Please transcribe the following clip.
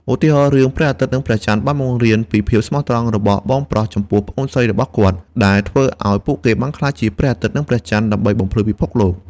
ឧទាហរណ៍ រឿង ព្រះអាទិត្យនិងព្រះចន្ទបានបង្រៀនពីភាពស្មោះត្រង់របស់បងប្រុសចំពោះប្អូនស្រីរបស់គាត់ ដែលធ្វើឲ្យពួកគេបានក្លាយជាព្រះអាទិត្យនិងព្រះចន្ទដើម្បីបំភ្លឺពិភពលោក។